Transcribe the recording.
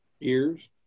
ears